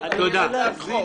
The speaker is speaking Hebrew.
אני רוצה להבין,